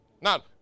Now